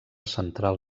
central